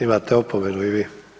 Imate opomenu i vi.